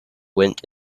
went